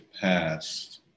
passed